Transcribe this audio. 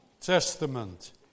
Testament